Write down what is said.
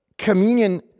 communion